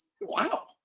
Wow